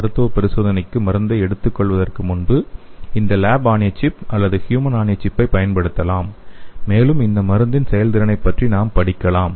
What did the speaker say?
மருத்துவ பரிசோதனைக்கு மருந்தை எடுத்துக்கொள்வதற்கு முன்பு இந்த "லேப் ஆன் எ சிப்" அல்லது "ஹுமன் ஆன் எ சிப்" ஐ பயன்படுத்தலாம் மேலும் இந்த மருந்தின் செயல்திறனைப் பற்றி நாம் படிக்கலாம்